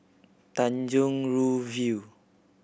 Tanjong Rhu View